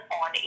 on